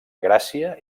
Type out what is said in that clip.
gràcia